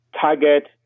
target